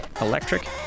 electric